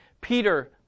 Peter